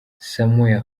samuel